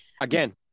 Again